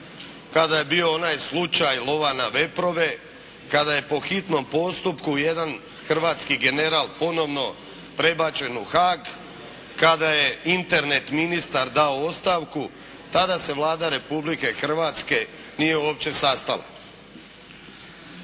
kada je bio onaj slučaj lova na veprove, kada je po hitnom postupku jedan hrvatski general ponovno prebačen u Haag, kada je Internet ministar dao ostavku, tada se Vlada Republike Hrvatske nije uopće sastala.